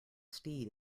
steed